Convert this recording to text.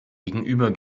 gegenüber